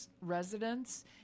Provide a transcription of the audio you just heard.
residents